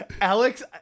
alex